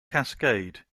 cascade